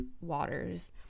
waters